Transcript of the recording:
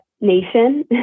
nation